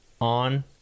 on